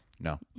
No